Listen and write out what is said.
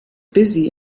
busy